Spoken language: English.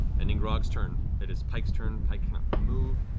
ending grog's turn, it is pike's turn. pike cannot move,